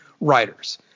writers